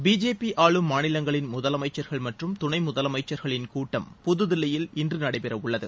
BJP ஆளும் மாநிலங்களின் முதலமைச்சர்கள் மற்றும் துணை முதலமைச்சர்களின் கூட்டம் புத்தில்லியில் இன்று நடைபெறவுள்ளது